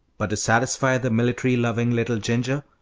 but to satisfy the military-loving little ginger,